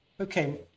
okay